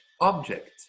object